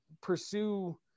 pursue